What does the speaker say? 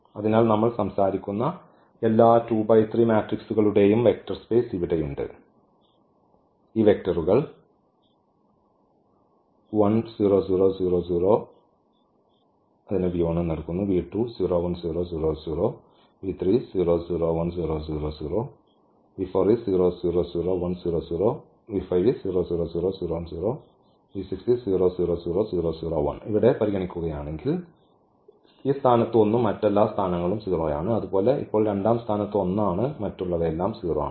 അതിനാൽ നമ്മൾ സംസാരിക്കുന്ന എല്ലാ മെട്രിക്സുകളുടെയും വെക്റ്റർ സ്പേസ് ഇവിടെയുണ്ട് ഈ വെക്റ്ററുകൾ ഇവിടെ പരിഗണിക്കുകയാണെങ്കിൽ ഈ സ്ഥാനത്ത് 1 ഉം മറ്റെല്ലാ സ്ഥാനങ്ങളും 0 ആണ് അതുപോലെ ഇപ്പോൾ രണ്ടാം സ്ഥാനത്ത് 1 ആണ് മറ്റുള്ളവരെല്ലാം 0 ആണ്